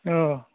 औ